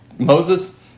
Moses